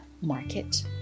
market